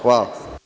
Hvala.